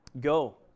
go